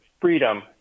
freedom